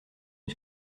une